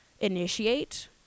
initiate